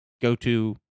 go-to